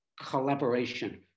collaboration